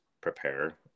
prepare